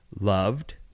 loved